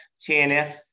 TNF